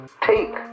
take